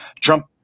Trump